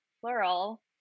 plural